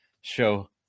show